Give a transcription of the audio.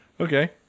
okay